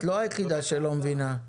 את הלא היחידה שלא מבינה.